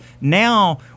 Now